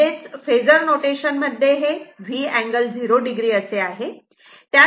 म्हणजेच phasor notation मध्ये हे V अँगल 0 o असे आहे